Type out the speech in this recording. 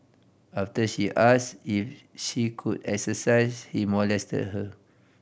after she ask if she could exercise he molested her